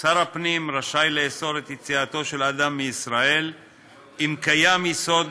שר הפנים רשאי לאסור את יציאתו של אדם מישראל אם קיים יסוד